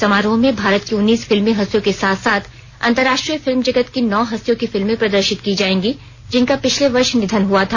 समारोह में भारत की उन्नीस फिल्मी हस्तियों के साथ साथ अंतरराष्ट्रीय फिल्म जगत की नौ हस्तियों की फिल्में प्रदर्शित की जायेंगी जिनका पिछले वर्ष निधन हुआ था